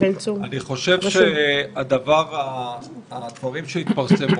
אני חושב שהדברים שהתפרסמו